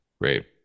Great